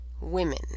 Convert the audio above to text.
women